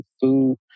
Food